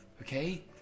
Okay